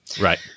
Right